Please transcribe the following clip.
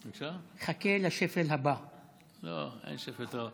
לא, אין שפל.